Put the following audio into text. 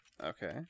Okay